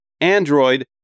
Android